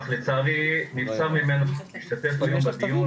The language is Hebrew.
אך לצערי נבצר ממנו להשתתף היום בדיון